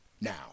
Now